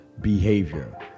behavior